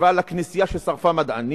השוואה לכנסייה ששרפה מדענים,